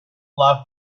bluff